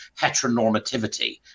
heteronormativity